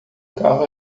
carro